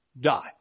die